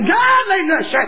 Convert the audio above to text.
godliness